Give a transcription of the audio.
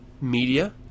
media